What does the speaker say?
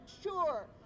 sure